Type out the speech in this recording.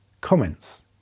comments